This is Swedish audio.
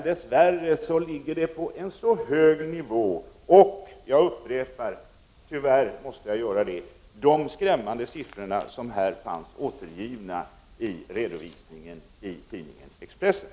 Dess värre ligger dessa på en alltför hög nivå och tyvärr måste jag upprepa de skrämmande siffror som här fanns återgivna i tidningen Expressen.